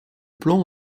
plomb